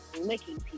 licking